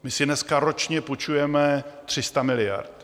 My si dneska ročně půjčujeme 300 miliard.